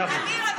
למה לא?